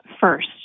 first